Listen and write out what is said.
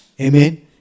amen